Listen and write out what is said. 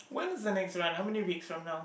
when is the next run how many next run now